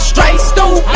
tiesto